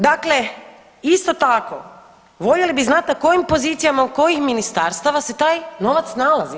Dakle, isto tako, voljeli bi znati na kojim pozicijama od kojih ministarstava se taj novac nalazi.